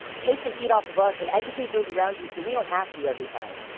take the heat off of us and educate those around you so we don't have to every time.